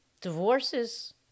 Divorces